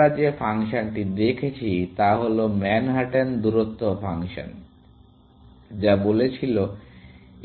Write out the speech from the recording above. আমরা যে অন্য ফাংশনটি দেখেছি তা হল ম্যানহাটেন দূরত্ব ফাংশন যা বলেছিল যে